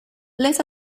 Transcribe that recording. let